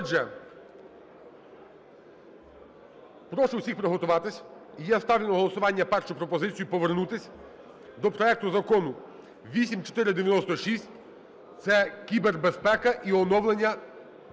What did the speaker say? Отже, прошу всіх приготуватись. І я ставлю на голосування першу пропозицію повернутись до проекту закону 8496 - це кібербезпека і оновлення